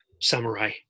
samurai